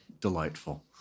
delightful